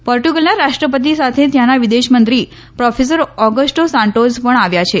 પોર્ટુગલના રાષ્ટ્રપતિ સાથે ત્યાંના વિદેશમંત્રી પ્રોકેસર ઓગસ્ટો સાન્ટોઝ પણ આવ્યા છે